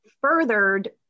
furthered